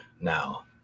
now